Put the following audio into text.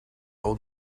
all